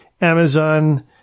Amazon